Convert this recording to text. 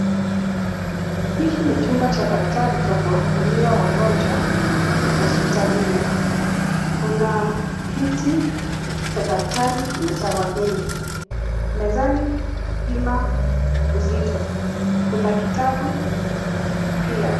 Hiki ni chumba cha daktari cha kuwahudumia wagonjwa hospitalini. Kuna kiti cha daktari na cha wageni. Mezani kuna kipima uzito. Kuna kitabu pia.